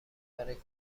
برای